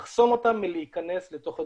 לחסום אותם מלהיכנס לתוך הדברים.